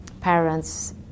parents